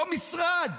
לא משרד,